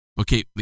okay